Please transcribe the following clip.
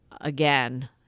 again